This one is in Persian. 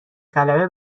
غلبه